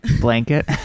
blanket